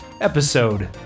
episode